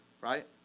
right